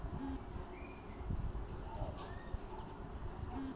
श्रमिक मधुमक्खी छत्तात बहुत ला अंडा दें खुद मोरे जहा